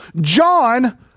John